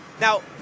Now